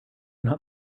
not